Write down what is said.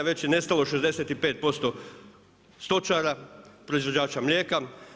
Već je nestalo 65% stočara, proizvođača mlijeka.